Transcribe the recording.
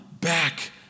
back